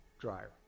dryer